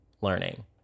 learning